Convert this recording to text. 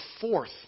fourth